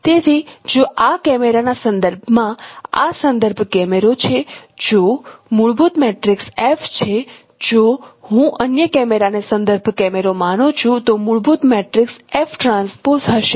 તેથી જો આ કેમેરાના સંદર્ભ માં આ સંદર્ભ કેમેરો છે જો મૂળભૂત મેટ્રિક્સ F છે જો હું અન્ય કેમેરાને સંદર્ભ કેમેરો માનું છું તો મૂળભૂત મેટ્રિક્સ હશે